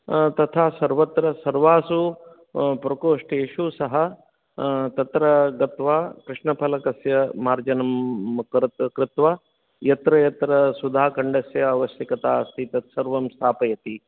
तथा सर्वत्र सर्वासु प्रकोष्ठेषु सः तत्र गत्वा कृष्णफलकस्य मार्जनं कृत् कृत्वा यत्र यत्र सुधाखण्डस्य आवश्यकता अस्ति तत्सर्वं स्थापयति